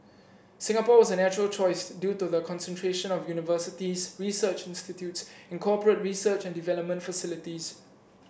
Singapore was a natural choice due to the concentration of universities research institutes and corporate research and development facilities